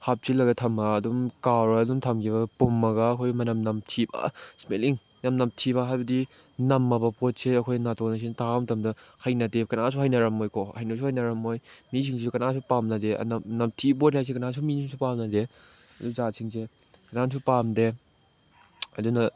ꯍꯥꯞꯆꯤꯜꯂꯒ ꯊꯝꯃ ꯑꯗꯨꯝ ꯀꯥꯎꯔ ꯑꯗꯨꯝ ꯊꯝꯈꯤꯕ ꯄꯨꯝꯃꯒ ꯑꯩꯈꯣꯏ ꯃꯅꯝ ꯅꯝꯊꯤꯕ ꯏꯁꯃꯦꯜꯂꯤꯡ ꯃꯅꯝ ꯅꯝꯊꯤꯕ ꯍꯥꯏꯕꯗꯤ ꯅꯝꯃꯕ ꯄꯣꯠ ꯁꯦ ꯑꯩꯈꯣꯏ ꯅꯥꯇꯣꯟꯁꯤꯅ ꯇꯥꯕ ꯃꯇꯝꯗ ꯍꯩꯅꯗꯦ ꯀꯅꯥꯁꯨ ꯍꯩꯅꯔꯝꯃꯣꯏꯀꯣ ꯍꯩꯅꯁꯨ ꯍꯩꯅꯔꯝꯃꯣꯏ ꯃꯤꯁꯤꯡꯁꯨ ꯀꯅꯥꯁꯨ ꯄꯥꯝꯅꯗꯦ ꯑꯗꯨꯅ ꯅꯝꯊꯤꯕ ꯄꯣꯠ ꯍꯥꯏꯁꯦ ꯀꯅꯥꯅꯁꯨ ꯃꯤꯁꯨ ꯄꯥꯝꯅꯗꯦ ꯑꯗꯨ ꯖꯥꯠꯁꯤꯡꯁꯦ ꯀꯅꯥꯁꯨ ꯄꯥꯝꯗꯦ ꯑꯗꯨꯅ